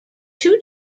two